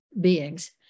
beings